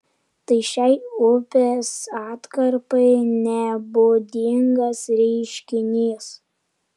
tai šiai upės atkarpai nebūdingas reiškinys